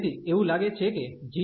તેથી એવું લાગે છે કે g